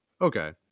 Okay